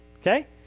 okay